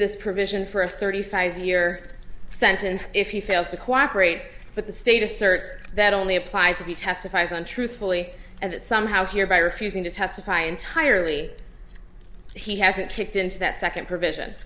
this provision for a thirty five year sentence if you fail to cooperate with the state asserts that only applies if he testifies on truthfully and that somehow here by refusing to testify entirely he hasn't kicked into that second provision